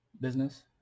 business